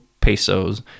pesos